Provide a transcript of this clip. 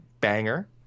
Banger